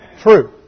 true